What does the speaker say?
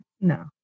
no